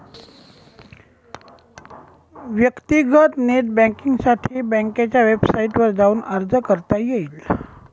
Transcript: व्यक्तीगत नेट बँकींगसाठी बँकेच्या वेबसाईटवर जाऊन अर्ज करता येईल